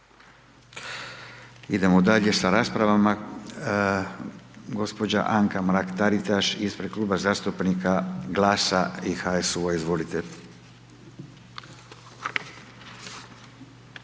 Idemo dalje sa raspravama. Gđa. Anka Mrak Taritaš ispred kluba zastupnika GLAS-a i HSU-a, izvolite.